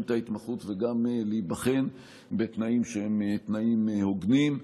את ההתמחות וגם להיבחן בתנאים שהם תנאים הוגנים.